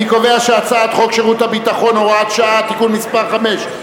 אני קובע שחוק שירות ביטחון (הוראת שעה) (תיקון מס' 5),